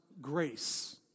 grace